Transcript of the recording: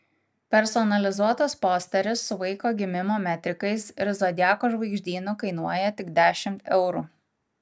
personalizuotas posteris su vaiko gimimo metrikais ir zodiako žvaigždynu kainuoja tik dešimt eurų